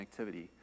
connectivity